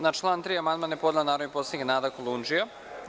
Na član 3. amandman je podnela narodni poslanik Nada Kolundžija.